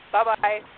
Bye-bye